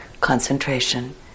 concentration